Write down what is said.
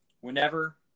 whenever